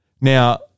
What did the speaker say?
Now